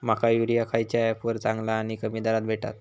माका युरिया खयच्या ऍपवर चांगला आणि कमी दरात भेटात?